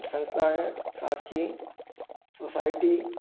संस्था है सास कि सोसायटी